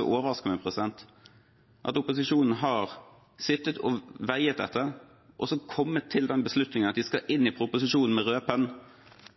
overrasker meg at opposisjonen har sittet og veiet dette og kommet til den beslutningen at de skal inn i proposisjonen med